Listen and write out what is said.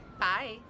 Bye